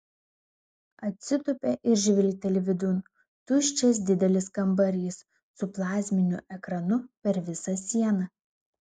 atsitūpia ir žvilgteli vidun tuščias didelis kambarys su plazminiu ekranu per visą sieną